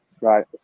Right